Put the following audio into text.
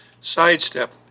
sidestep